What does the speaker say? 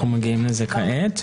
אנחנו מגיעים לזה עכשיו.